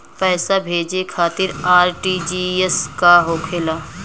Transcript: पैसा भेजे खातिर आर.टी.जी.एस का होखेला?